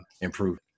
improve